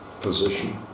position